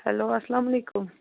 hello اسلامُ علیکُم